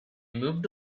moved